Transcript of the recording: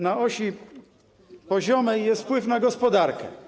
Na osi poziomej jest wpływ na gospodarkę.